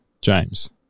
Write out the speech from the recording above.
james